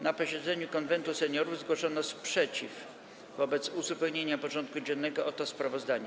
Na posiedzeniu Konwentu Seniorów zgłoszono sprzeciw wobec uzupełnienia porządku dziennego o to sprawozdanie.